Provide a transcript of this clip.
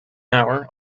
hour